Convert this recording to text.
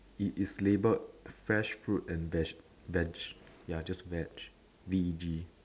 it is labelled fresh fruits and veg veg ya just veg V E G